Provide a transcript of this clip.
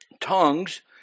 Tongues